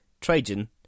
Trajan